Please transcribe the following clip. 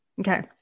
Okay